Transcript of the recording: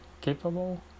capable